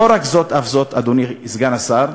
לא רק זאת אף זאת, אדוני סגן השר: